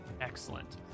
Excellent